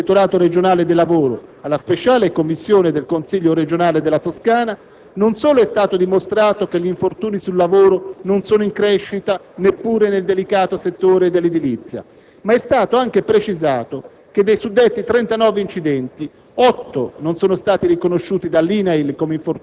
nella relazione presentata il 29 maggio 2007 dalla direzione dell'ispettorato regionale del lavoro alla speciale commissione del Consiglio regionale della Toscana, non solo è stato dimostrato che gli infortuni sul lavoro non sono in crescita, neppure nel delicato settore dell'edilizia, ma è stato anche precisato